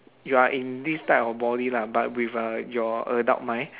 you are in this type of body lah but with uh your adult mind